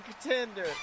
contender